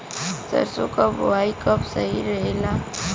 सरसों क बुवाई कब सही रहेला?